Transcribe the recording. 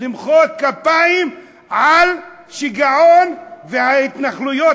למחוא כפיים על שיגעון ההתנחלויות